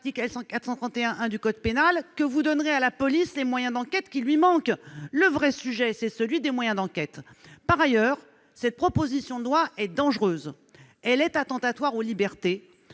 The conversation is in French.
l'article 431-1 du code pénal que vous donnerez à la police les moyens d'enquête qui lui manquent. Car le vrai sujet, c'est bien celui-là. Par ailleurs, cette proposition de loi est dangereuse, car elle est attentatoire à nos libertés